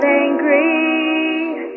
angry